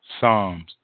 Psalms